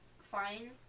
fine